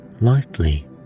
lightly